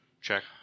check